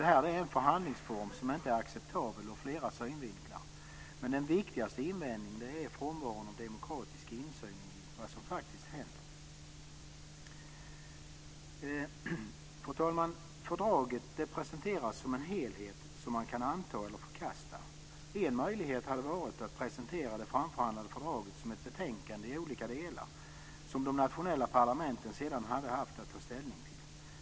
Detta är en förhandlingsform som inte är acceptabel ur flera synvinklar, men den viktigaste invändningen är frånvaron av demokratisk insyn i vad som faktiskt händer. Fru talman! Fördraget presenteras som en helhet som man kan anta eller förkasta. En möjlighet hade varit att presentera det framförhandlade fördraget som ett betänkande i olika delar som de nationella parlamenten sedan hade haft att ta ställning till.